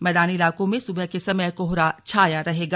मैदानी इलाकों में सुबह के समय कोहरा छाया रहेगा